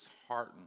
disheartened